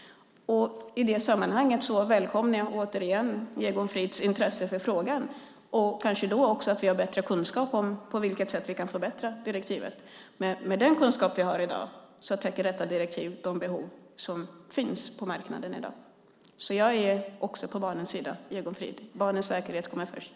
I det sammanhanget välkomnar jag återigen Egon Frids intresse för frågan. Då har vi kanske också bättre kunskap om på vilket sätt vi kan förbättra direktivet. Med den kunskap som vi har i dag täcker detta direktiv de behov som finns på marknaden. Jag är också på barnens sida, Egon Frid. Barnens säkerhet kommer först.